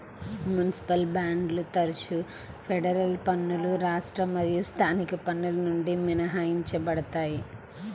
municipal బాండ్లు తరచుగా federal పన్నులు రాష్ట్ర మరియు స్థానిక పన్నుల నుండి మినహాయించబడతాయి